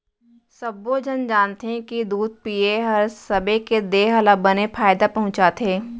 सब्बो झन जानथें कि दूद पिए हर सबे के देह ल बने फायदा पहुँचाथे